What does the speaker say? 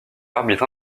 arbitre